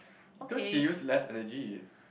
cause he use less energy